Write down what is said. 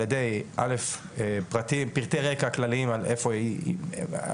על ידי פרטי רקע כלליים על איפה היא גדלה,